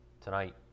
tonight